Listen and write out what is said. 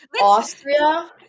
Austria